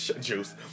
Juice